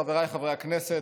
חבריי חברי הכנסת,